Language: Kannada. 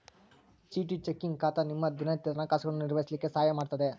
ಜಿ.ಟಿ ಚೆಕ್ಕಿಂಗ್ ಖಾತಾ ನಿಮ್ಮ ದಿನನಿತ್ಯದ ಹಣಕಾಸುಗಳನ್ನು ನಿರ್ವಹಿಸ್ಲಿಕ್ಕೆ ಸಹಾಯ ಮಾಡುತ್ತದೆ